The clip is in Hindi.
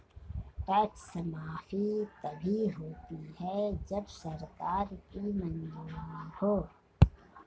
टैक्स माफी तभी होती है जब सरकार की मंजूरी हो